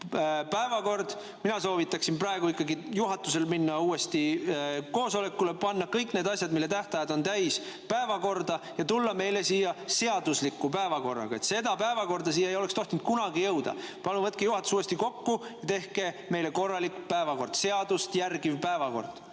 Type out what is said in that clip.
päevakorda. Mina soovitaksin praegu ikkagi juhatusel minna uuesti koosolekule, panna kõik need asjad, mille tähtajad on täis, päevakorda ja tulla meile siia seadusliku päevakorraga. Seda päevakorda ei oleks siia tohtinud kunagi jõuda. Palun võtke juhatus uuesti kokku ja tehke meile korralik päevakord, seadust järgiv päevakord.